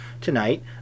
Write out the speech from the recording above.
tonight